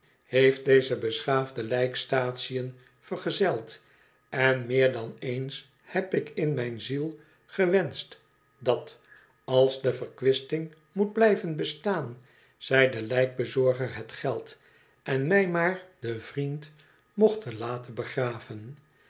heeft deze beschaafde lijkstatien vergezeld en meer dan eens heb ik in mijn ziel gewenscht dat als de verkwisting moet blijven bestaan zij den lijkbezorger het geld en mij maar den vriend mochten laten begraven